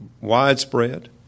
widespread